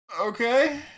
Okay